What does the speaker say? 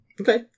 Okay